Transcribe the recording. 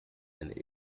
and